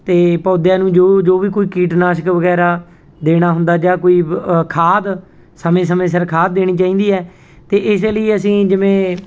ਅਤੇ ਪੌਦਿਆਂ ਨੂੰ ਜੋ ਜੋ ਵੀ ਕੋਈ ਕੀਟਨਾਸ਼ਕ ਵਗੈਰਾ ਦੇਣਾ ਹੁੰਦਾ ਜਾਂ ਕੋਈ ਖਾਦ ਸਮੇਂ ਸਮੇਂ ਸਿਰ ਖਾਦ ਦੇਣੀ ਚਾਹੀਦੀ ਹੈ ਅਤੇ ਇਸੇ ਲਈ ਅਸੀਂ ਜਿਵੇਂ